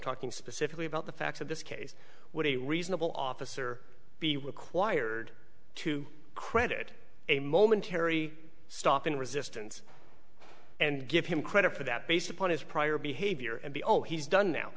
talking specifically about the facts of this case what a reasonable officer be required to credit a momentary stop in resistance and give him credit for that based upon his prior behavior and the oh he's done now